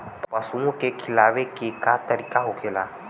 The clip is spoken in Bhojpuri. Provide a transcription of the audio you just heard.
पशुओं के खिलावे के का तरीका होखेला?